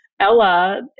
Ella